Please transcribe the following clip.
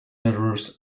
errors